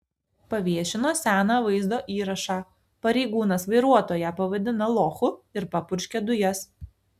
paviešino seną vaizdo įrašą pareigūnas vairuotoją pavadina lochu ir papurškia dujas